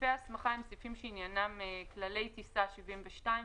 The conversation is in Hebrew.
סעיפי ההסמכה הם סעיפים שעניינם כללי טיסה - 72,